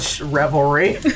revelry